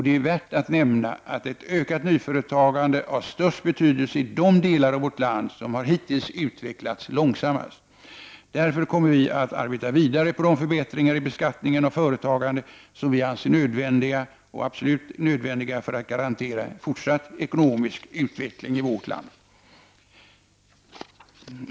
Det är värt att nämna att ett ökat nyföretagande har störst betydelse i de delar av landet som hittills har utvecklats långsammast. Därför kommer vi att arbeta vidare på de förbättringar i beskattningen av företagande som är absolut nödvändiga för att garantera en fortsatt ekonomisk utveckling i vårt land.